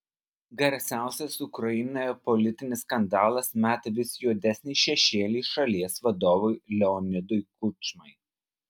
garsiausias ukrainoje politinis skandalas meta vis juodesnį šešėlį šalies vadovui leonidui kučmai